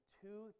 two